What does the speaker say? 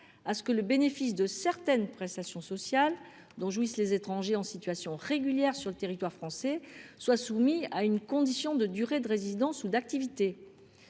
à ce que le bénéfice de certaines prestations sociales dont jouissent les étrangers en situation régulière sur le territoire français soit soumis à une condition de durée de résidence ou d’activité